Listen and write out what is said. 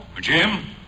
Jim